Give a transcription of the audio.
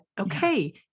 okay